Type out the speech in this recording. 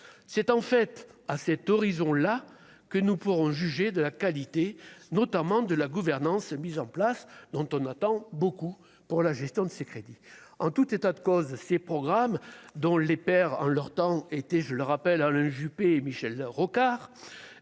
c'est en fait à cet horizon-là que nous pourrons juger de la qualité, notamment de la gouvernance mises en place, dont on attend beaucoup pour la gestion de ces crédits, en tout état de cause, ces programmes dont les pères en leur temps été je le rappelle, Alain Juppé et Michel Rocard,